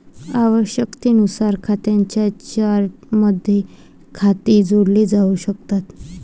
आवश्यकतेनुसार खात्यांच्या चार्टमध्ये खाती जोडली जाऊ शकतात